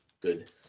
good